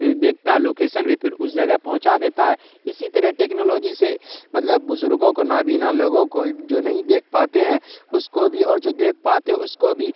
دیکھتا لوکیشن میں پھر اس جگہ پہنچا دیتا ہے اسی طرح ٹیکنالوجی سے مطلب بزرگوں کو نابینا لوگوں کو جو نہیں دیکھ پاتے ہیں اس کو بھی اور جو دیکھ پاتے اس کو بھی